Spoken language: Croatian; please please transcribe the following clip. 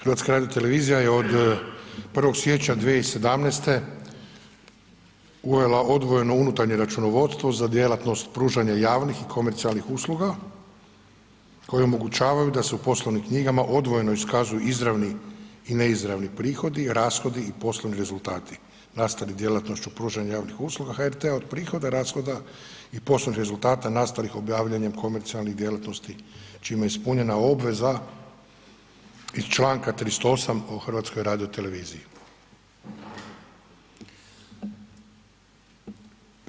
HRT-a je od 1. siječnja 2017. uvela odvojeno unutarnje računovodstvo za djelatnost pružanja javnih i komercijalnih usluga koje omogućavaju da se u poslovnim knjigama odvojeno iskazuju izravni i neizravni prihodi, rashodi i poslovni rezultati nastali djelatnošću pružanja javnih usluga HRT-a od prihoda, rashoda i poslovnih rezultata nastalih obavljanjem komercijalnih djelatnosti čime je ispunjene obveza iz čl. 38. o HRT-u.